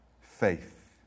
faith